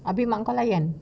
tapi mak kau layan